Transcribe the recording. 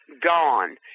gone